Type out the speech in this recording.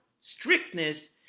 strictness